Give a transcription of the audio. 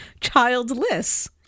childless